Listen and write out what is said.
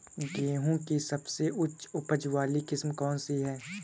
गेहूँ की सबसे उच्च उपज बाली किस्म कौनसी है?